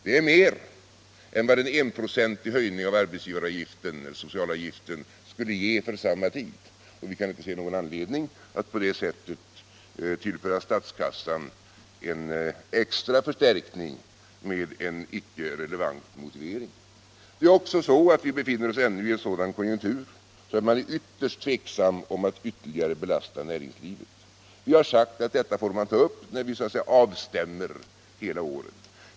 Det är mindre än vad en enprocentig socialavgift skulle ge för samma tid, och vi kan inte se någon anledning att tillföra statskassan en extra förstärkning med en icke relevant motivering. Vidare är konjunkturen ännu sådan att det är ytterst tveksamt om man kan ytterligare belasta näringslivet. Vi har sagt att detta får tas upp när det är dags att så att säga stämma av hela året.